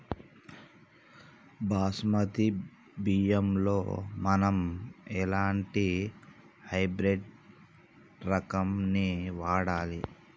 బాస్మతి బియ్యంలో మనం ఎలాంటి హైబ్రిడ్ రకం ని వాడాలి?